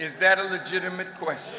is that a legitimate question